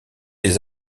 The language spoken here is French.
des